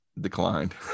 declined